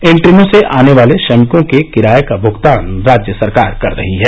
इन ट्रेनों से आने वाले श्रमिकों के किराये का भुगतान सरकार कर रही है